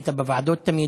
היית בוועדות תמיד.